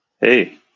Hey